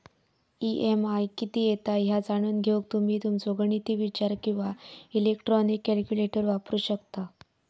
EMI किती येता ह्या जाणून घेऊक तुम्ही तुमचो गणिती विचार किंवा इलेक्ट्रॉनिक कॅल्क्युलेटर वापरू शकता